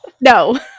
No